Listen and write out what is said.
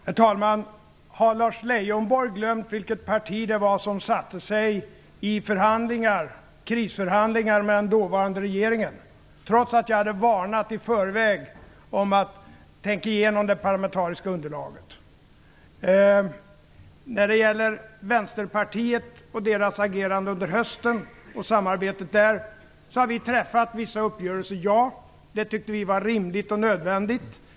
Herr talman! Lars Leijonborg har kanske glömt vilket parti det var som satte sig i krisförhandlingar med den dåvarande regeringen, trots att jag hade varnat i förväg och sagt: Tänk igenom det parlamentariska underlaget. Vi har träffat vissa uppgörelser med Vänsterpartiet. Det tyckte vi var rimligt och nödvändigt.